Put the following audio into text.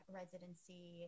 residency